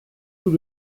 tout